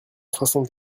soixante